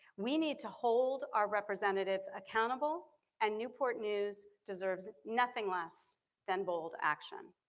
we need to hold our representatives accountable and newport news deserves nothing less than bold action.